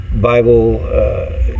Bible